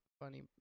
funny